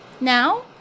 now